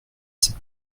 cette